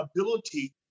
ability